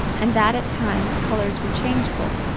and that at times colors were changeable,